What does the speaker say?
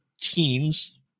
teens